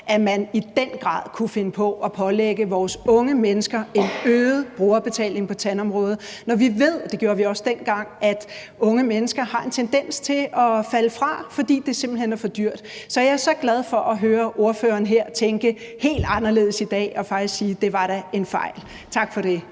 at man i den grad kunne finde på at pålægge vores unge mennesker en øget brugerbetaling på tandområdet, når vi ved – og det gjorde vi også dengang – at unge mennesker har en tendens til at falde fra, fordi det simpelt hen er for dyrt. Så jeg er så glad for at høre ordføreren her tænke helt anderledes i dag og faktisk sige: Det var da en fejl. Tak for det.